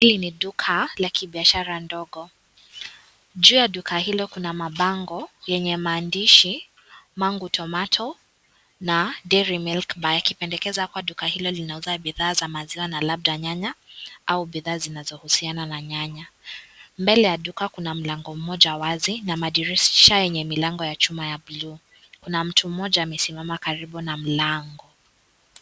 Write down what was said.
Hii ni duka la kibiashara ndogo, nje ya duka hilo kuna mabango yenye maandish mangu tomato na dairy milk bar likipendekeza kwa duka hilo ambalo linauza maziwa na labda nyanya au bidhaa zinazohusiana na nyanya . Mbele ya duka kuna mlango mmoja wazi na madhirisha yenye milango ya chuma ya buluu, kuna mtu mmoja amesimama karibu na mlango.